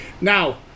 Now